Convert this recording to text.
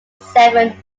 seven